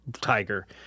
Tiger